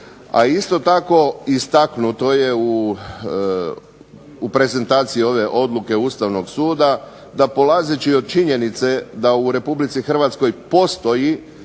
A isto tako istaknuto je u prezentaciji ove odluke Ustavnog suda da polazeći od činjenice da u Republici Hrvatskoj postoji